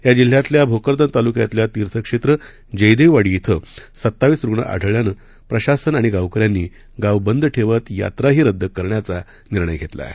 या जिल्ह्यातल्या भोकरदन तालुक्यातल्या तीर्थक्षेत्र जयदेववाडी कुं सत्तावीस रुग्ण आढळल्यानं प्रशासन आणि गावकऱ्यांनी गाव बंद ठेवत यात्राही रद्द करण्याचा निर्णय घेतला आहे